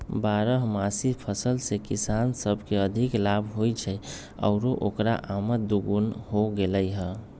बारहमासी फसल से किसान सब के अधिक लाभ होई छई आउर ओकर आमद दोगुनी हो गेलई ह